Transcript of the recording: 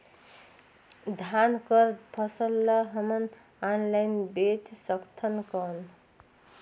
धान कर फसल ल हमन ऑनलाइन बेच सकथन कौन?